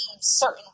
certain